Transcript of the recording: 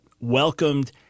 welcomed